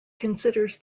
considers